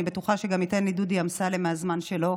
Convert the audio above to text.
אני בטוחה שגם דודי אמסלם ייתן לי מהזמן שלו.